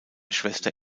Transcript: schwester